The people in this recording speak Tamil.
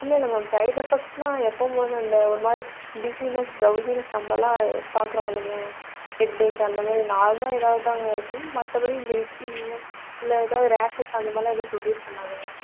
இல்லைல்ல மேம் சைட் எஃபெக்ட்ஸுலாம் எப்போதும் போல் இந்த ஒரு மாதிரி டிசீனஸ் டிரவுசீனஸ் நம்பள்லாம் பார்க்குறோமில்லிங்க ஹெட்டேக் அந்தமாதிரி நார்மலாக எதாவது தான்ங்க இருக்கும் மற்றபடி இந்த இச்சிங்கு இல்லை எதாவது ரேஷஸ் அந்தமாதிரிலாம் எதுவும் புரொடியூஸ் பண்ணாதுங்க